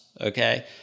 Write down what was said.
Okay